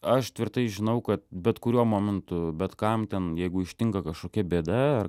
aš tvirtai žinau kad bet kuriuo momentu bet kam ten jeigu ištinka kažkokia bėda